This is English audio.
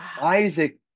Isaac